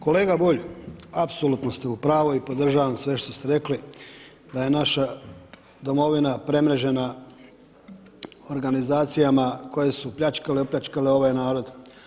Kolega Bulj, apsolutno ste u pravu i podržavam sve što ste rekli da je naša domovina premrežena organizacijama koje su pljačkale i opljačkale ovaj narod.